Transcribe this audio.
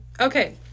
Okay